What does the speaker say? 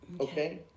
Okay